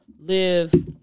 live